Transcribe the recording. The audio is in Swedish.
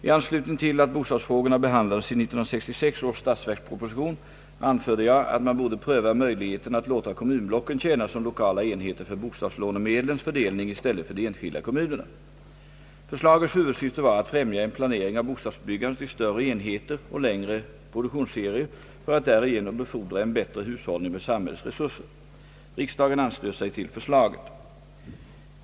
behandlades i 1966 års statsverksproposition anförde jag att man borde pröva möjligheterna låta kommunblocken tjäna som lokala enheter för bostadslånemedlens fördelning i stället för de enskilda kommunerna. Förslagets huvudsyfte var att främja en planering av bostadsbyggandet i större enheter och längre produktionsserier för att därigenom befordra en bättre hushållning med samhällets resurser. Riksdagen anslöt sig till förslaget.